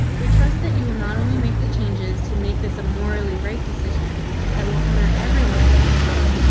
we trust that you will not only make the changes to make this a morally right decision that will honor everyone in the district,